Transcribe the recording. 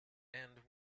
and